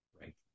right